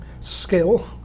skill